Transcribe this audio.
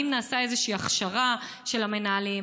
האם נעשתה איזושהי הכשרה של המנהלים?